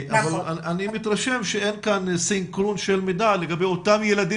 אני מתרשם שאין כאן סינכרון של מידע לגבי אותם ילדים